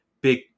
big